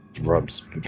rubs